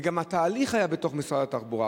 וגם התהליך היה בתוך משרד התחבורה.